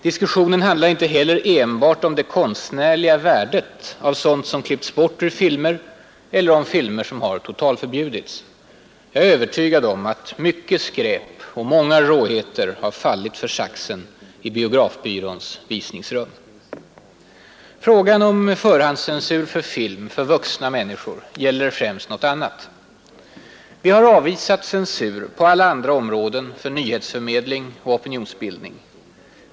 Diskussionen handlar inte heller enbart om det konstnärliga värdet av sådant som klippts bort ur filmer eller om filmer som totalförbjudits. Jag är övertygad om att mycket skräp och många råheter har fallit för saxen i Biografbyråns visningsrum. Frågan om förhandscensur för film för vuxna människor gäller främst något annat. Vi har avvisat censur på alla andra områden för nyhetsförmedling och opinionsbildning.